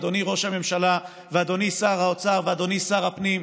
אדוני ראש הממשלה ואדוני שר האוצר ואדוני שר הפנים,